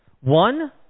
One